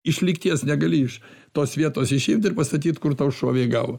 iš lygties negali iš tos vietos išimti ir pastatyt kur tau šovė į galvą